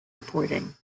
reporting